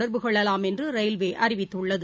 தொடர்புகொள்ளலாம் என்று ரயில்வே அறிவித்துள்ளது